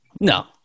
No